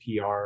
PR